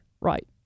right